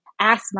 asthma